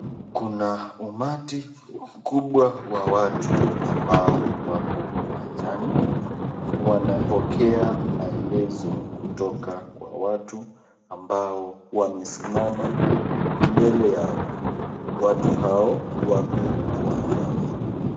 Kuna umati mkubwa wa watu ambao wapo uwanjani. Wanapokea maelezo kutoka kwa watu ambao wamesimama mbele yao. Watu hao wako uwanjani.